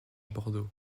bordeaux